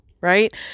right